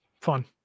Fun